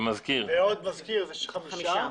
ועוד מזכיר זה חמישה,